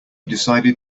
decided